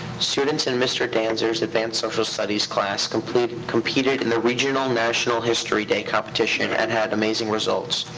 students in mr. danzer's advanced social studies class competed competed in the regional national history day competition and had amazing results.